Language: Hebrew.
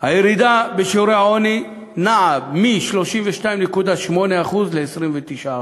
הירידה בשיעורי העוני נעה מ-32.8% ל-29%.